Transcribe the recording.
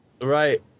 Right